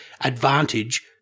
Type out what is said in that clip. advantage